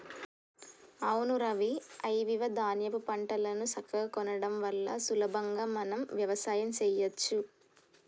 అవును రవి ఐవివ ధాన్యాపు పంటలను సక్కగా కొనడం వల్ల సులభంగా మనం వ్యవసాయం సెయ్యచ్చు